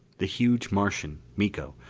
the huge martian, miko,